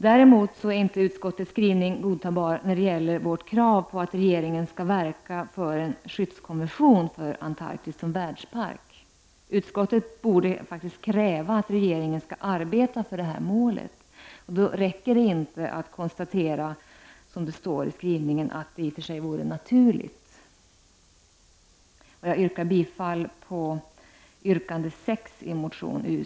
Däremot är inte utskottets skrivning godtagbar när det gäller vårt krav på att regeringen skall verka för en skyddskonvention för Antarktis som världspark. Utskottet borde faktiskt kräva att regeringen skall arbeta för det målet. Då räcker det inte att konstatera, som det står i skrivningen, att det i och för sig vore naturligt.